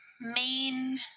main